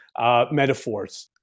metaphors